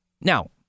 Now